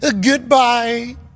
Goodbye